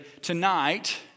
Tonight